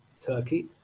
Turkey